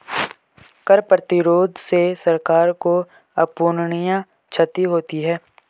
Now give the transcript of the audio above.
कर प्रतिरोध से सरकार को अपूरणीय क्षति होती है